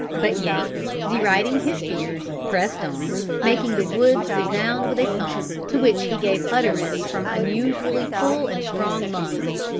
but yates deriding his fears, pressed on, making the woods resound with a song, to which he gave utterance from unusually full and strong lungs.